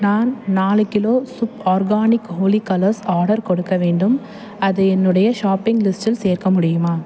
நான் நாலு கிலோ ஷுப் ஆர்கானிக் ஹோலி கலர்ஸ் ஆடர் கொடுக்க வேண்டும் அது என்னுடைய ஷாப்பிங் லிஸ்டில் சேர்க்க முடியுமா